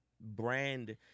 brand